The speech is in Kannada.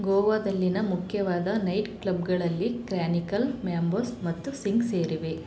ಗೋವಾದಲ್ಲಿನ ಮುಖ್ಯವಾದ ನೈಟ್ ಕ್ಲಬ್ಗಳಲ್ಲಿ ಕ್ರಾನಿಕಲ್ ಮ್ಯಾಂಬೋಸ್ ಮತ್ತು ಸಿಂಕ್ ಸೇರಿವೆ